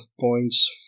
points